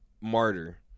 martyr